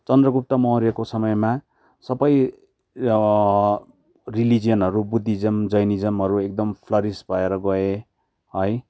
चन्द्रगुप्त मौर्यको समयमा सबै रिलिजियनहरू बुद्धिज्म जैनिज्महरू एकदम फ्लरिस भएर गए है